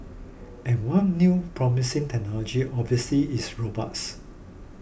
and one new promising technology obviously is robots